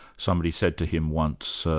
somebody said to him once,